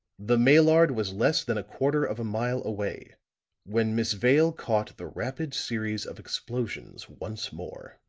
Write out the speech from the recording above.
the maillard was less than a quarter of a mile away when miss vale caught the rapid series of explosions once more.